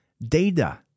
Data